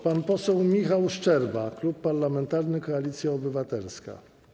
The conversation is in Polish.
Pan poseł Michał Szczerba, Klub Parlamentarny Koalicja Obywatelska.